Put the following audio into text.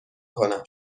کنم